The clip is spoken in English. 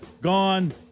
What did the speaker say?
gone